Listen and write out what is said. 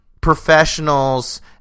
professionals